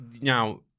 now